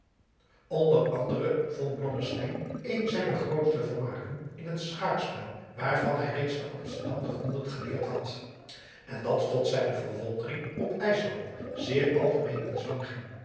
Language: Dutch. onder anderen vond blommesteyn een zijner grootste vermaken in het schaakspel waarvan hij reeds te amsterdam de gronden gelegd had en dat tot zijne verwondering op ijsland zeer algemeen in zwang ging